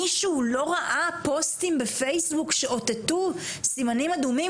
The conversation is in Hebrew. מישהו לא ראה פוסטים בפייסבוק שאותתו סימנים אדומים,